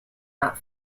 not